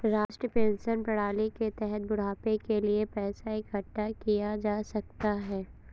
राष्ट्रीय पेंशन प्रणाली के तहत बुढ़ापे के लिए पैसा इकठ्ठा किया जा सकता है